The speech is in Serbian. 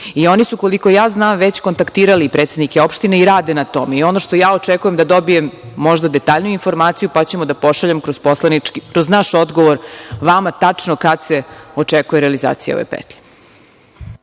i oni su, koliko ja znam, već kontaktirali predsednike opština i rade na tome. I ono što ja očekujem da dobijem možda detaljniju informaciju, pa ćemo da pošaljemo kroz naš odgovor vama tačno kad se očekuje realizacija ove petlje.